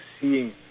seeing